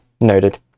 noted